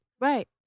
Right